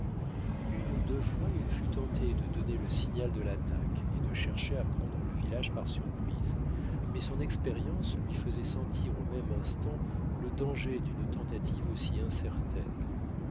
une ou deux fois il fut tenté de donner le signal de l'attaque et de chercher à prendre le village par surprise mais son expérience lui faisait sentir au même instant le danger d'une tentative aussi incertaine